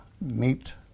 meet